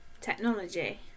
technology